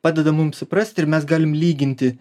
padeda mum suprasti ir mes galim lyginti